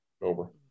Over